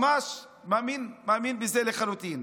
ממש מאמין בזה לחלוטין.